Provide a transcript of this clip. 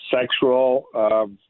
sexual